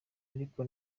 ariko